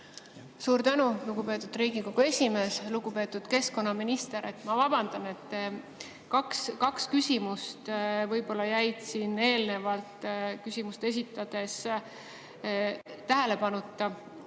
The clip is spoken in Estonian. Suur tänu, lugupeetud Riigikogu esimees! Lugupeetud keskkonnaminister! Ma vabandan, aga kaks küsimust võib-olla jäid siin eelnevalt küsimust esitades tähelepanuta.